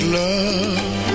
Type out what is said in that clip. love